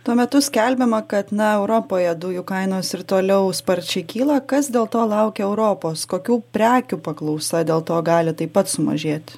tuo metu skelbiama kad na europoje dujų kainos ir toliau sparčiai kyla kas dėl to laukia europos kokių prekių paklausa dėl to gali taip pat sumažėt